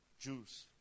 Jews